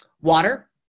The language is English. water